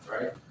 right